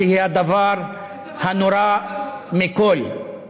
שהיא הדבר הנורא מכול.